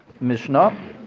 Mishnah